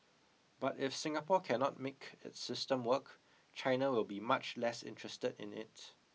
but if Singapore cannot make its system work China will be much less interested in it